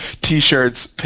t-shirts